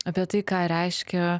apie tai ką reiškia